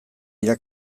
dira